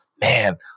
man